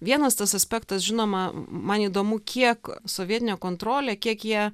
vienas tas aspektas žinoma man įdomu kiek sovietinė kontrolė kiek jie